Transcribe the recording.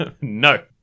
No